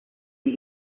die